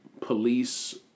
police